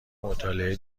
مطالعه